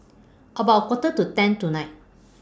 about A Quarter to ten tonight